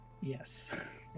Yes